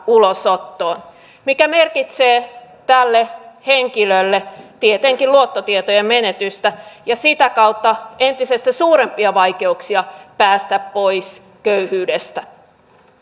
ulosottoon mikä merkitsee tälle henkilölle tietenkin luottotietojen menetystä ja sitä kautta entistä suurempia vaikeuksia päästä pois köyhyydestä